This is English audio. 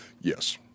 Yes